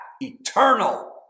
eternal